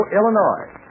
Illinois